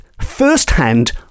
firsthand